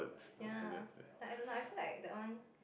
ya like I don't know I feel like that one